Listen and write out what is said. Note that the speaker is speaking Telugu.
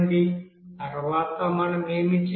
తరువాత మనం ఏమి చేయాలి